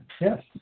Yes